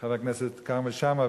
חבר הכנסת כרמל שאמה,